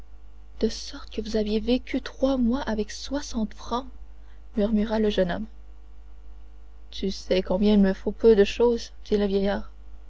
de sorte que vous avez vécu trois mois avec soixante francs murmura le jeune homme tu sais combien il me faut peu de chose dit vieillard